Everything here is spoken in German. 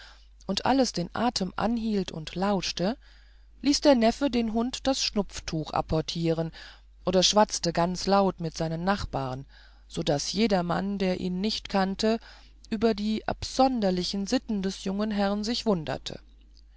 und alles den atem anhielt und lauschte ließ der neffe den hund das schnupftuch apportieren oder schwatzte ganz laut mit seinen nachbarn so daß jedermann der ihn nicht kannte über die absonderlichen sitten des jungen herrn sich wunderte